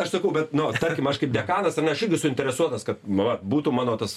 aš sakau bet nu tarkim aš kaip dekanas ar ne aš irgi suinteresuotas kad nu vat būtų mano tas